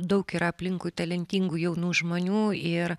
daug yra aplinkui talentingų jaunų žmonių ir